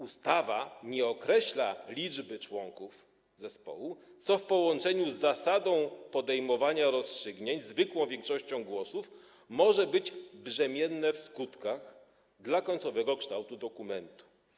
Ustawa nie określa liczby członków zespołu, co w połączeniu z zasadą podejmowania rozstrzygnięć zwykłą większością głosów może być brzemienne w skutkach dla końcowego kształtu dokumentu.